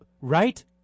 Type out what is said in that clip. Right